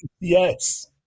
Yes